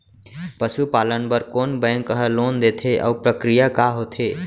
पसु पालन बर कोन बैंक ह लोन देथे अऊ प्रक्रिया का होथे?